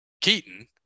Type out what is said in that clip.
Keaton